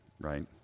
right